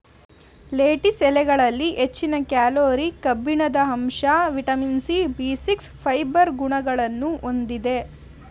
lettuce ಎಲೆಗಳಲ್ಲಿ ಹೆಚ್ಚಿನ calorie, ಕಬ್ಬಿಣದಂಶ, vitamin C, B six, fibre ಗುಣಗಳನ್ನು ಹೊಂದಿದೆ